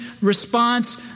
response